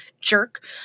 jerk